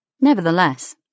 Nevertheless